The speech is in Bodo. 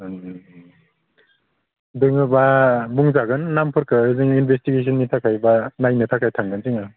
दङबा बुंजागोन नामफोरखौ जोंनि इनभेस्टिगेसननि थाखाय बा नायनो थाखाय थांगोन जोङो